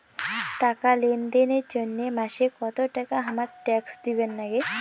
টাকা লেনদেন এর জইন্যে মাসে কত টাকা হামাক ট্যাক্স দিবার নাগে?